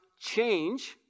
change